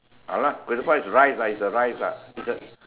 ah lah <malay<ketupat is rice lah is a rice lah it's a